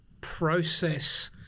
process